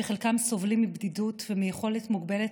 שחלקם סובלים מבדידות ומיכולת מוגבלת